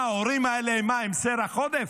מה, ההורים האלה הם סרח עודף?